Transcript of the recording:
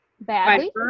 badly